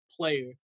player